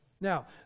Now